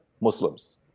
Muslims